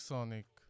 Sonic